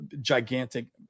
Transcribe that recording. gigantic